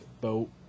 boat